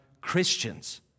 Christians